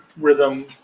rhythm